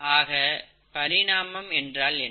ஆக பரிணாமம் என்றால் என்ன